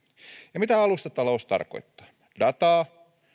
ja mitä alustatalous tarkoittaa dataa